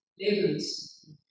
labels